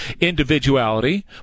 individuality